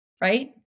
Right